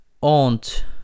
aunt